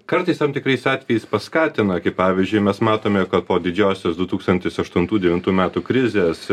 kartais tam tikrais atvejais paskatina kaip pavyzdžiui mes matome kad po didžiosios du tūkstantis aštuntų devintų metų krizės